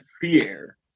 fear